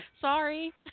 Sorry